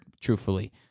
Truthfully